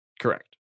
Correct